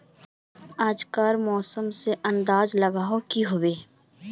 आज कार मौसम से की अंदाज लागोहो होबे?